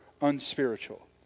unspiritual